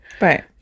Right